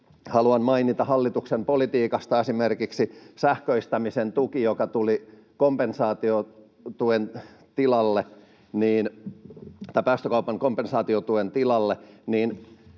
haluan mainita hallituksen politiikasta esimerkiksi sähköistämisen tuen, joka tuli päästökaupan kompensaatiotuen tilalle,